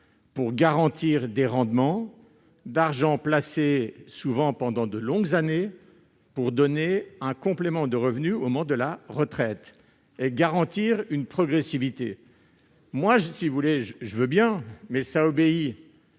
pour garantir des rendements d'argent placé, souvent pendant de longues années, pour donner un complément de revenu au moment de la retraite et garantir une progressivité. Ces placements assurantiels